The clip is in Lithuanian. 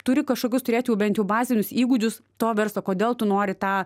turi kažkokius turėt jau bent jau bazinius įgūdžius to verslo kodėl tu nori tą